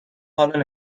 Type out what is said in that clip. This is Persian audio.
حالا